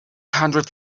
hundred